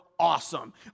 awesome